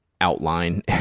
outline